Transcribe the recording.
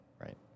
right